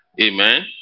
amen